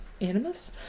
Animus